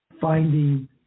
finding